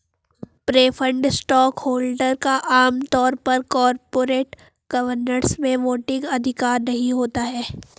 preferred stockholder का आम तौर पर कॉरपोरेट गवर्नेंस में वोटिंग अधिकार नहीं होता है